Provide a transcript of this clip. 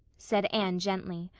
said anne gently.